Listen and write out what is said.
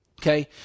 Okay